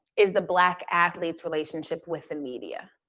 is the black athlete's relationship with the media?